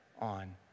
on